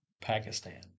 Pakistan